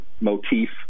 motif